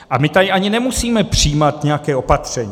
A my tady ani nemusíme přijímat nějaké opatření.